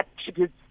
attributes